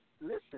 Listen